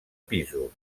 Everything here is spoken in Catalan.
pisos